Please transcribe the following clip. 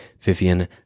Vivian